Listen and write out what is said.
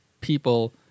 people